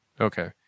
Okay